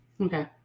okay